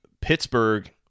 Pittsburgh